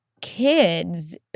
kids